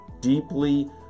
deeply